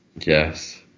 yes